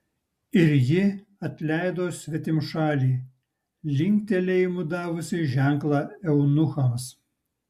ir ji atleido svetimšalį linktelėjimu davusi ženklą eunuchams